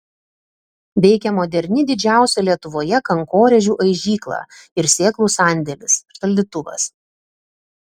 veikia moderni didžiausia lietuvoje kankorėžių aižykla ir sėklų sandėlis šaldytuvas